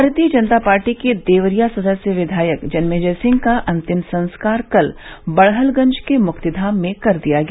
भारतीय जनता पार्टी के देवरिया सदर से विधायक जन्मेजय सिंह का अंतिम संस्कार कल बड़हलगंज के मुक्तिधाम में कर दिया गया